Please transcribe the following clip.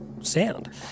sound